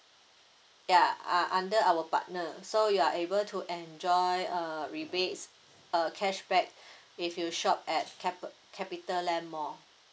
ya uh under our partner so you are able to enjoy uh rebates uh cashback if you shop at capi~ Capitaland mall